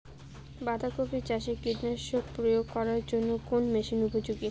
বাঁধা কপি চাষে কীটনাশক প্রয়োগ করার জন্য কোন মেশিন উপযোগী?